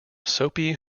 soapy